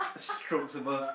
strokes above